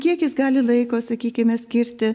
kiek jis gali laiko sakykime skirti